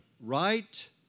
right